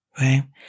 right